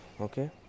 okay